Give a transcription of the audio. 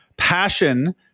passion